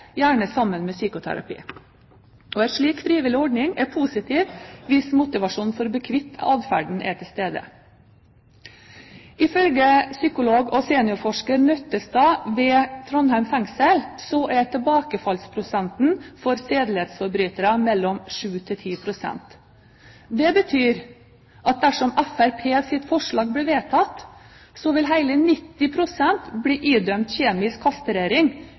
gjerne sammen med psykoterapi. En slik frivillig ordning er positivt hvis motivasjonen for å bli kvitt adferden er til stede. Ifølge psykolog og seniorforsker Nøttestad ved Trondheim fengsel er tilbakefallsprosenten for sedelighetsforbrytelser på mellom 7 og 10 pst. Det betyr at dersom Fremskrittspartiets forslag blir vedtatt, vil hele 90 pst. bli idømt kjemisk kastrering